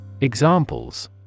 Examples